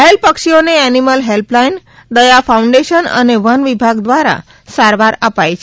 ઘાયલ પક્ષીઓને animal helpline Daya foundation અને વનવિભાગ દ્વારા સારવાર અપાઇ છે